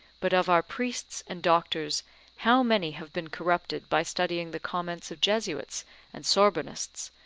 but of our priests and doctors how many have been corrupted by studying the comments of jesuits and sorbonists,